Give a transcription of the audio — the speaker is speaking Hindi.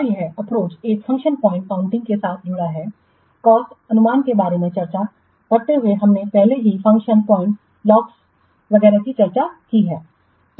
और यह अप्रोच एक फ़ंक्शन पॉइंट काउंटिंग के साथ जुड़ा हुआ है कॉस्टअनुमान के बारे में चर्चा करते हुए हमने पहले ही फ़ंक्शन पॉइंट LOCs संदर्भ समय 1555 वगैरह पर चर्चा की है